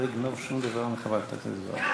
לא אגנוב שום דבר מחברת הכנסת זועבי.